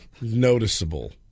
noticeable